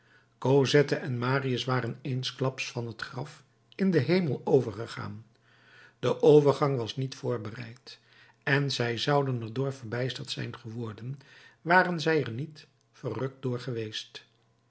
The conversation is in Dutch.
cosette en marius waren eensklaps van het graf in den hemel overgegaan de overgang was niet voorbereid en zij zouden er door verbijsterd zijn geworden waren zij er niet verrukt door geweest